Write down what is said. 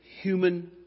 human